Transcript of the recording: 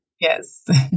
yes